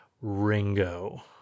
Ringo